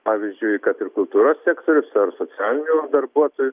pavyzdžiui kad ir kultūros sektorius ar socialinių darbuotojų